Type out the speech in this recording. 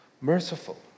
merciful